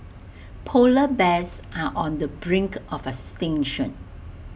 Polar Bears are on the brink of extinction